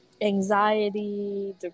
anxiety